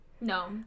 No